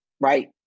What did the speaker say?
Right